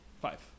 Five